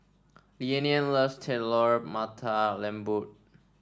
Leann loves Telur Mata Lembu